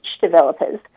developers